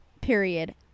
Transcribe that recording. period